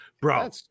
Bro